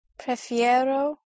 prefiero